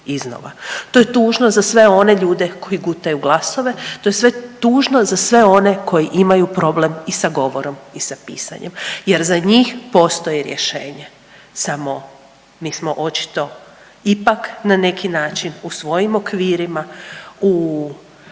To je tužno za sve one ljude koji gutaju glasove, to je tužno za sve one koji imaju problem i sa govorom i sa pisanjem jer za njih postoji rješenje samo mi smo očito ipak na neki način u svojim okvirima u